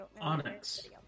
Onyx